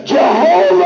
Jehovah